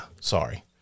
Sorry